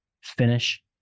finish